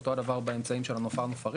אותו הדבר באמצעים של הנופר-נופרית